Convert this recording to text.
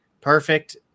perfect